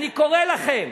אני קורא לכם: